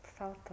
falta